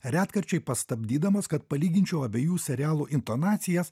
retkarčiai pastabdydamas kad palyginčiau abiejų serialų intonacijas